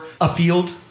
afield